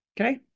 Okay